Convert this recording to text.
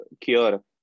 cure